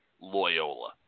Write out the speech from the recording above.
Loyola